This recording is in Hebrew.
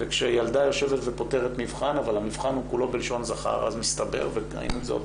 כשילדה יושבת ופותרת מבחן אבל כל המבחן הוא בלשון זכר וראינו את זה,